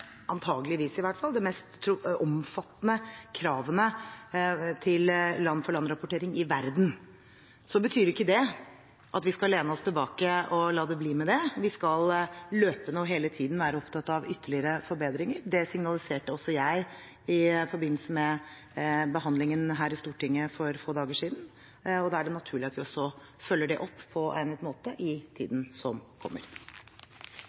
antageligvis, i hvert fall – de mest omfattende kravene til land-for-land-rapportering i verden. Så betyr ikke det at vi skal lene oss tilbake og la det bli med det, vi skal løpende og hele tiden være opptatt av ytterligere forbedringer. Det signaliserte også jeg i forbindelse med behandlingen her i Stortinget for få dager siden, og da er det naturlig at vi følger det opp på egnet måte i tiden som kommer.